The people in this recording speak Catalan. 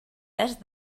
est